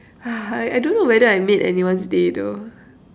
I don't know whether I made anyone's day though